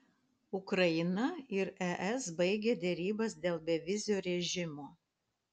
ukraina ir es baigė derybas dėl bevizio režimo